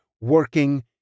working